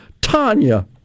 Tanya